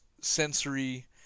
sensory